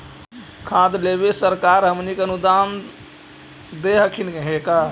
खाद लेबे सरकार हमनी के अनुदान दे सकखिन हे का?